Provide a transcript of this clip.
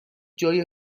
جای